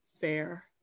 fair